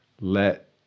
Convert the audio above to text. let